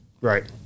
Right